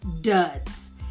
duds